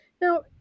Now